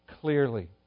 clearly